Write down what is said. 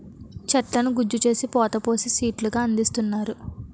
చెట్లను గుజ్జు చేసి పోత పోసి సీట్లు గా అందిస్తున్నారు